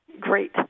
Great